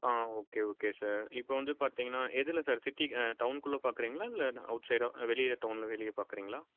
ஆ okay okay sir இப்போ வந்து பார்த்தீங்கன்னா எதில் சார் சிட்டி டவுனுக்குள்ளே பார்க்குறீங்களா இல்லை அவுட் சைடாக வெளியே டவுனில் வெளியே பார்க்குறீங்களா